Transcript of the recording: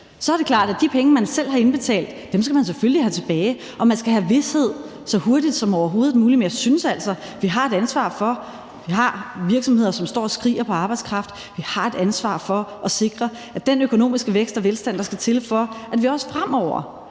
Så er det klart, at de penge, man selv har indbetalt, skal man selvfølgelig have tilbage, og man skal have vished så hurtigt som overhovedet muligt; men jeg synes altså, at vi har et ansvar, når vi har virksomheder, der står og skriger på arbejdskraft, for at sikre, at den økonomiske vækst og velstand, der skal til, for at vi også fremover